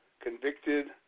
convicted